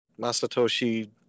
Masatoshi